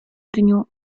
dniu